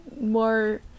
more